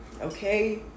okay